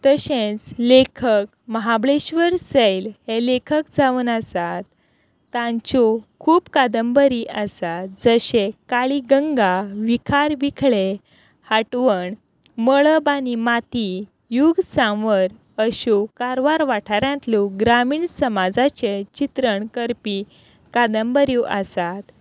तशेंच लेखक महाबळेश्वर सैल हे लेखक जावन आसात तांच्यो खूब कादंबरी आसात जशें काळी गंगा विखार विखळो हावटण मळब आनी माती यूग सांवर अश्यो कारवार वाठारांतल्यो ग्रामीण समाजाचें चित्रण करपी कादंबऱ्यो आसात